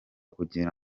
kugira